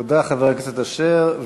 תודה, חבר הכנסת יעקב אשר.